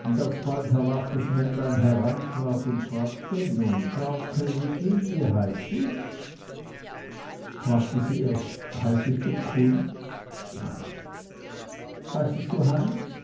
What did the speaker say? und als bald hernach das männlein hereintrat und fragte nun frau königin wie heiß ich fragte sie erst heißest du kunz nein heißest du heinz